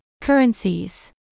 currencies